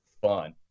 fun